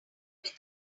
mouse